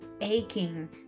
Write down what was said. aching